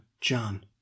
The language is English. John